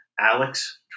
Alex